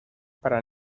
para